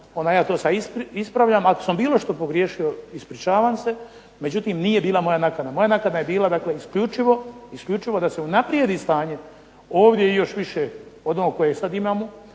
onda ja to sad ispravljam, ako sam bilo što pogriješio ispričavam se. Međutim, nije bila moja nakana. Moja nakana je bila isključivo da se unaprijedi stanje ovdje i još više od onog kojeg sad imamo,